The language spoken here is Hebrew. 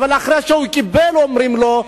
ואחרי שהוא קיבל אומרים לו,